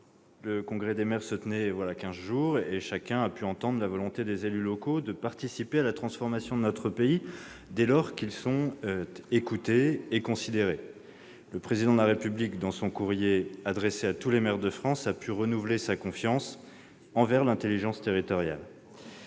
de jours. À cette occasion, chacun a pu entendre la volonté des élus locaux de participer à la transformation de notre pays dès lors qu'ils sont écoutés et considérés. Le Président de la République, dans son courrier adressé à tous les maires de France, a pu renouveler sa confiance envers l'intelligence territoriale.